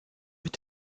mit